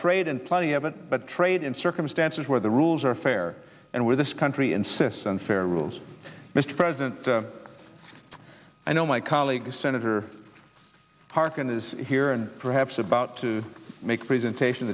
trade and plenty of it but trade in circumstances where the rules are fair and where this country insists on fair rules mr president i know my colleague senator harkin is here and perhaps about to make a presentation